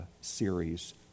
series